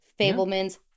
Fableman's